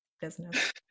business